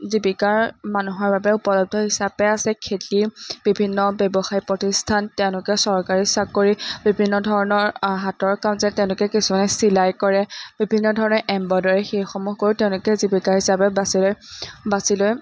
জীৱিকাৰ মানুহৰ বাবে উপলব্ধ হিচাপে আছে খেতি বিভিন্ন ব্যৱসায়িক প্ৰতিষ্ঠান তেওঁলোকে চৰকাৰী চাকৰি বিভিন্ন ধৰণৰ হাতৰ কাম যে তেওঁলোকে কিছুমানে চিলাই কৰে বিভিন্ন ধৰণে এম্ব্ৰইডাৰী সেইসমূহ কৰিও তেওঁলোকে জীৱিকা হিচাপে বাছি লৈ বাছি লৈ